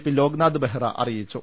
P Loknath Behra അറിയിച്ചു